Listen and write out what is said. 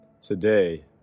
today